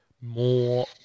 more